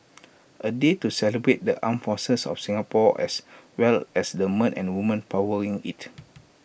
A day to celebrate the armed forces of Singapore as well as the men and women powering IT